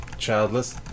childless